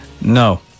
No